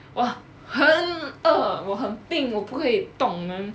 !wah! 很饿我很病我不可以动你们